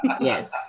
Yes